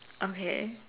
okay